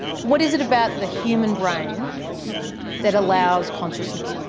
what is it about the human brain that allows consciousness?